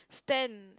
stand